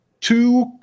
Two